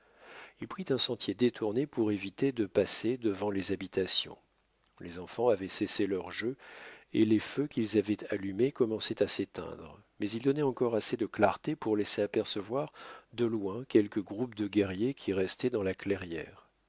il prit un sentier détourné pour éviter de passer devant les habitations les enfants avaient cessé leurs jeux et les feux qu'ils avaient allumés commençaient à s'éteindre mais ils donnaient encore assez de clarté pour laisser apercevoir de loin quelques groupes de guerriers qui restaient dans la clairière